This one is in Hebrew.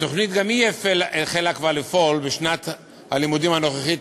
התוכנית גם היא החלה כבר לפעול בשנת הלימודים הנוכחית,